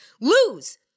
Lose